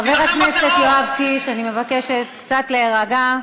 חבר הכנסת יואב קיש, אני מבקשת קצת להירגע.